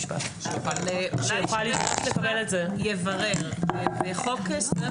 אבל לפחות הם יוכלו לציין את זה בפני בית משפט.